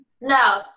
No